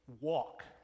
walk